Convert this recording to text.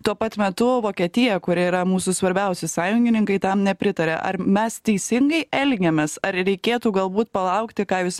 tuo pat metu vokietija kuri yra mūsų svarbiausi sąjungininkai tam nepritaria ar mes teisingai elgiamės ar reikėtų galbūt palaukti ką jūs